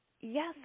Yes